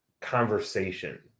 conversation